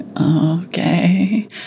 okay